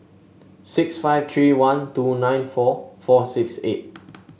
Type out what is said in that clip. six five three one two nine four four six eight